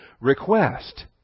request